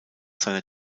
seiner